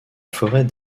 forêt